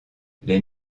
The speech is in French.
les